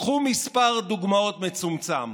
קחו מספר דוגמאות מצומצם: